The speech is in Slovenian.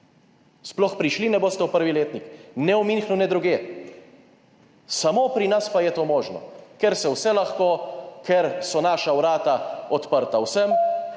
Sploh prišli ne boste v 1. letnik, ne v Münchnu ne drugje! Samo pri nas pa je to možno, ker se vse lahko, ker so naša vrata odprta vsem